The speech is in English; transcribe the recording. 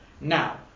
Now